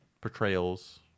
portrayals